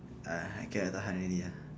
err I cannot tahan already ah